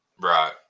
right